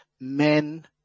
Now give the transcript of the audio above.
men